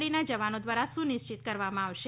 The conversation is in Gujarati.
ડી જવાનો દ્વારા સુનિશ્ચિત કરવામાં આવશે